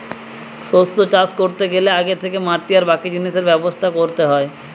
শস্য চাষ কোরতে গ্যালে আগে থিকে মাটি আর বাকি জিনিসের ব্যবস্থা কোরতে হয়